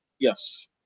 Yes